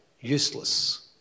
useless